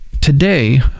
today